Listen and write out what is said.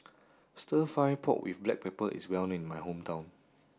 stir fry pork with black pepper is well known in my hometown